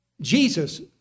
Jesus